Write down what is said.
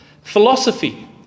Philosophy